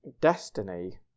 destiny